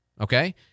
okay